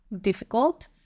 difficult